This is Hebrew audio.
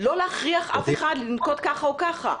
לא להכריח אף אחד לנקוט ככה או ככה,